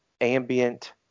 ambient